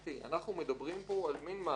אנחנו מדברים פה על מין מעקף